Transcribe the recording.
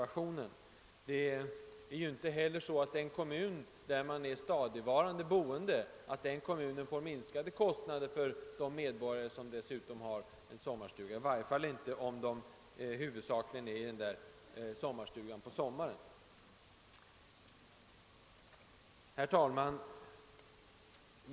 Att en invånare i en kommun äger en fritidsstuga på annan ort medför ju heller inte minskade kostnader för hemkommunen — i varje fall inte om fritidsstugan används huvudsakligen under sommaren. Herr talman!